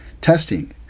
testing